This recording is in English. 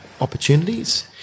opportunities